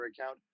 account